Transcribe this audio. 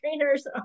trainers